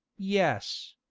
yes.